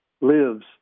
lives